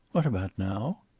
what about now?